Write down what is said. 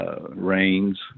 rains